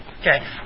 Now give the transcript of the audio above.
Okay